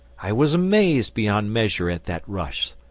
i was amazed beyond measure at that rush,